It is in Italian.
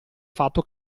fatto